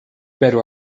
pero